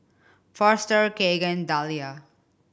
Foster Kegan Dalia